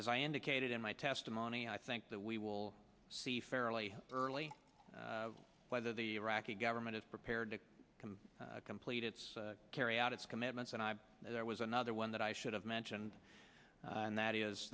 as i indicated in my testimony i think that we will see fairly early whether the iraqi government is prepared to complete its carry out its commitments and i know there was another one that i should have mentioned and that is